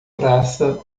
praça